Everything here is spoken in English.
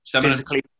physically